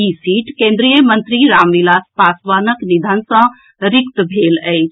ई सीट केन्द्रीय मंत्री रामविलास पासवानक निधन सँ रिक्त भेल अछि